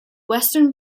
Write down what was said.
western